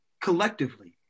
collectively